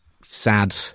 sad